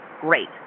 Great